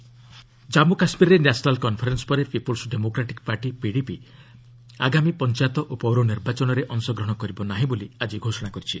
JK panchayat polls Jammu କାଶ୍ମୀରରେ national conference ପରେ people's democratic party PDP ଆଗାମୀ ପଞ୍ଚାୟତ ଓ ପୌର ନିର୍ବାଚନରେ ଅଂଶଗ୍ରହଣ କରିବ ନାହିଁ ବୋଲି ଆଜି ଘୋଷଣା କରିଛି